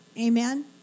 Amen